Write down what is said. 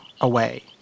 away